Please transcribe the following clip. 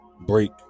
break